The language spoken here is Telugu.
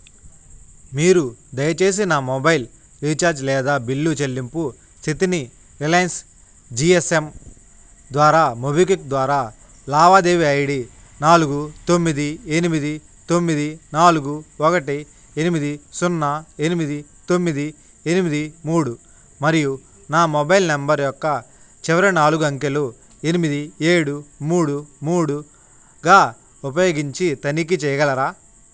మీరు దయచేసి నా మొబైల్ రీఛార్జ్ లేదా బిల్లు చెల్లింపు స్థితిని రిలయన్స్ జీఎస్ఎమ్ ద్వారా మొబిక్విక్ ద్వారా లావాదేవీ ఐడి నాలుగు తొమ్మిది ఎనిమిది తొమ్మిది నాలుగు ఒకటి ఎనిమిది సున్నా ఎనిమిది తొమ్మిది ఎనిమిది మూడు మరియు నా మొబైల్ నంబర్ యొక్క చివరి నాలుగు అంకెలు ఎనిమిది ఏడు మూడు మూడుగా ఉపయోగించి తనిఖీ చెయ్యగలరా